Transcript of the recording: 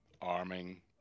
arming